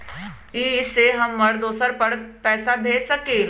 इ सेऐ हम दुसर पर पैसा भेज सकील?